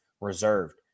reserved